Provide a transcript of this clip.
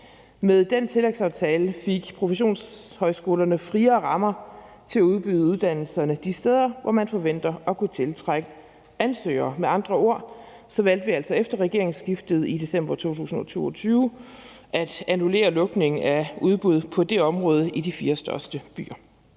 Med den tillægsaftale fik professionshøjskolerne friere rammer til at udbyde uddannelserne de steder, hvor man forventer at kunne tiltrække ansøgere. Med andre ord valgte vi altså efter regeringsskiftet i december 2022 at annullere lukningen af udbud på det område i de fire største byer.